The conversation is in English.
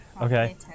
Okay